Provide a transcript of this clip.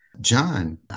John